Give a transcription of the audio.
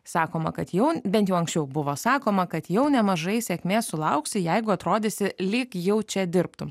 sakoma kad jau bent jau anksčiau buvo sakoma kad jau nemažai sėkmės sulauksi jeigu atrodysi lyg jau čia dirbtum